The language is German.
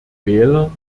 wähler